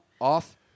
off